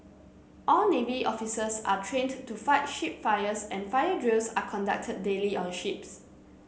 all navy officers are trained to fight ship fires and fire drills are conducted daily on ships